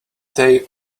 they